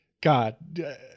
God